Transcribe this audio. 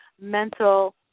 mental